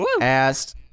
asked